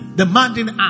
demanding